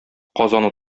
казан